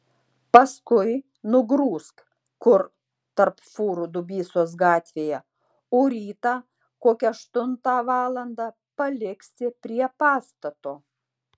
paskui nugrūsk kur tarp fūrų dubysos gatvėje o rytą kokią aštuntą valandą paliksi prie pastato